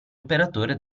operatore